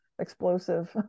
explosive